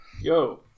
yo